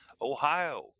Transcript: ohio